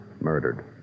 Murdered